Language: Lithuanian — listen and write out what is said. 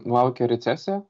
laukia recesija